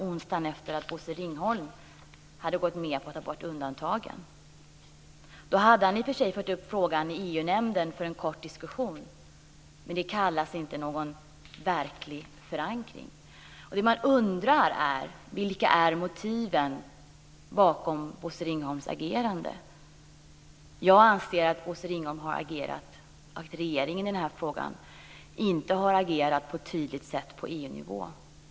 Han hade då i och för sig tagit upp frågan i EU-nämnden för en kort diskussion, men det kan inte kallas en verklig förankring. Det som man undrar är vilka motiven bakom Bosse Ringholms agerande är. Jag anser att regeringen i den här frågan inte har agerat på ett tydligt sätt på EU-nivå.